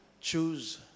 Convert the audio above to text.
choose